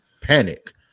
panic